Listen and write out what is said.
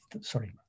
sorry